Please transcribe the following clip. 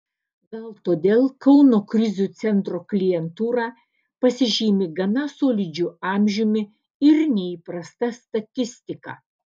gal todėl kauno krizių centro klientūra pasižymi gana solidžiu amžiumi ir neįprasta statistika